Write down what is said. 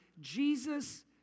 Jesus